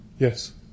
Yes